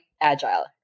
agile